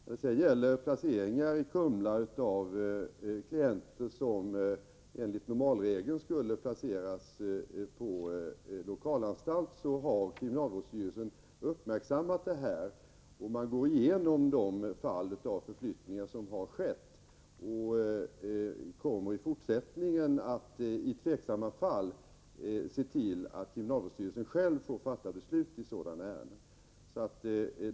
När det sedan gäller placeringar i Kumla av klienter som enligt normalregeln skulle placeras på lokalanstalt har kriminalvårdsstyrelsen uppmärksammat detta, och man går igenom de fall av förflyttningar som har skett och kommer i fortsättningen att i tveksamma fall se till att kriminalvårdsstyrelsen själv får fatta beslut i sådana ärenden.